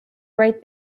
right